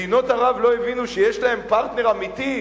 מדינות ערב לא הבינו שיש להן פרטנר אמיתי?